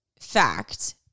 fact